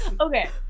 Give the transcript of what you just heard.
Okay